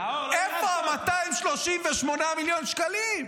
איפה ה-238 מיליון שקלים?